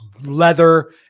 leather